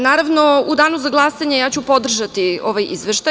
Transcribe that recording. Naravno u danu za glasanje ja ću podržati ovaj izveštaj.